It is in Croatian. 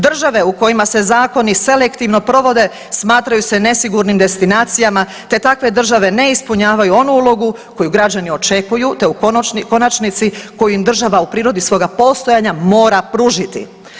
Države u kojima se zakoni selektivno provode smatraju se nesigurnim destinacijama te takve države ne ispunjavaju onu ulogu koju građani očekuju te u konačnici koju im država u prirodi svoga postojanja mora pružiti.